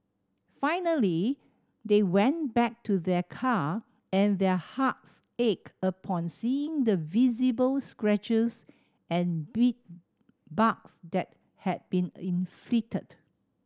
finally they went back to their car and their hearts ached upon seeing the visible scratches and bit barks that had been inflicted